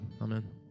Amen